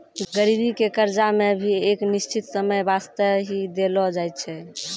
गरीबी के कर्जा मे भी एक निश्चित समय बासते ही देलो जाय छै